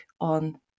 on